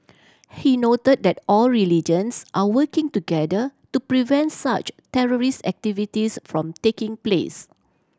he noted that all religions are working together to prevent such terrorist activities from taking place